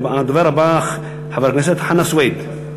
הדובר הבא, חבר הכנסת חנא סוייד.